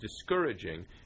discouraging